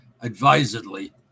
advisedly